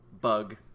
bug